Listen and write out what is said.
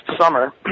summer